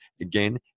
again